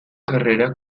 carrera